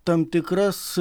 tam tikras